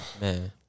Man